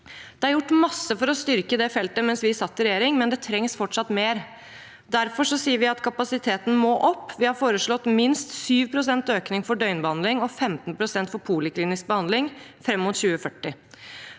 Det ble gjort mye for å styrke dette feltet da vi satt i regjering, men det trengs fortsatt mer. Derfor sier vi at kapasiteten må opp. Vi har foreslått minst 7 pst. økning for døgnbehandling og 15 pst. for poliklinisk behandling fram mot 2040.